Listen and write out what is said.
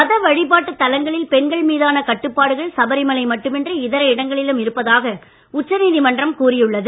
மத வழிப்பாட்டு தலங்களில் பெண்கள் மீதான கட்டுப்பாடுகள் சபரிமலை மட்டுமின்றி இதர இடங்களிலும் இருப்பதாக உச்சநீதிமன்றம் கூறியுள்ளது